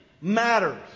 matters